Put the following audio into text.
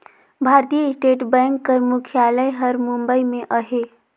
भारतीय state bank कर मुख्यालय हर बंबई में अहे